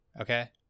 Okay